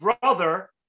brother